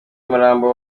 umurambo